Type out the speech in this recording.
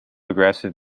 aggressive